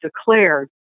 declared